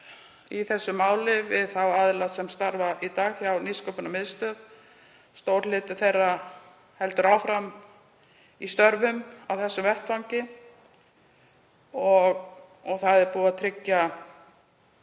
í þessu máli við þá aðila sem starfa í dag hjá Nýsköpunarmiðstöð. Stór hluti þeirra heldur áfram störfum á þessum vettvangi og búið er að tryggja